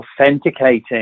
authenticating